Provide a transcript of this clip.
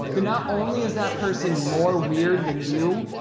then not only is that person more weird than you,